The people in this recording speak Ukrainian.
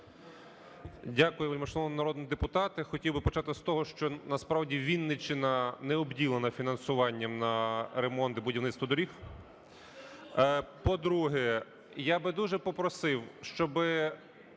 Дякую, шановні народні депутати. Хотів би почати з того, що насправді Вінниччина не обділена фінансуванням на ремонт і будівництво доріг. По-друге, я би дуже попросив, щоби